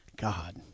God